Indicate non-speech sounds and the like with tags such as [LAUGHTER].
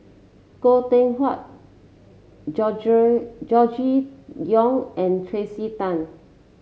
Goh Teck Phuan [UNINTELLIGIBLE] Gregory Yong and Tracey Tan